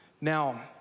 Now